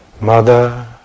mother